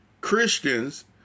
Christians